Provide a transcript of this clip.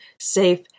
safe